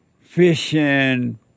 fishing